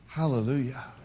Hallelujah